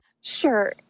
Sure